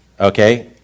okay